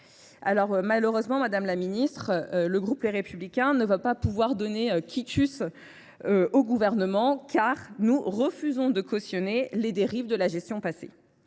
Malheureusement, madame la ministre, le groupe Les Républicains ne pourra pas donner quitus au Gouvernement, car nous refusons de cautionner les dérives de la gestion passée.